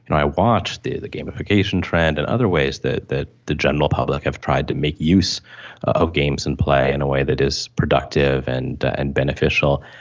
and i watched the the gamification trend and other ways that that the general public have tried to make use of games and play in a way that is productive and and beneficial,